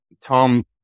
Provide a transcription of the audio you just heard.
Tom